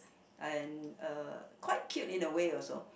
and uh quite cute in a way also